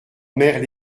mère